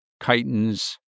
chitons